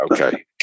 Okay